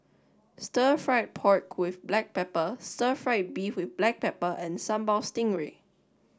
Stir Fried Pork with Black Pepper Stir Fried Beef with Black Pepper and Sambal Stingray